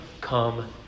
come